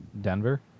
Denver